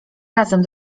razem